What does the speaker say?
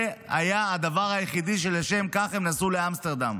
זה היה הדבר היחידי, לשם כך הם נסעו לאמסטרדם.